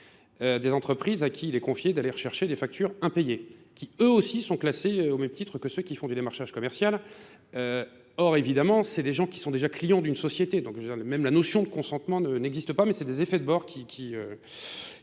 des entreprises à qui il est confié d'aller chercher des factures impayées, qui eux aussi sont classées au même titre que ceux qui font du démarrage commercial. Or évidemment, c'est des gens qui sont déjà clients d'une société. Même la notion de consentement n'existe pas, mais c'est des effets de bord qui...